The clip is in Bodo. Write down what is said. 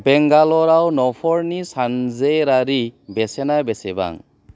बेंगालराव नफरनि सानजेरारि बेसेना बेसेबां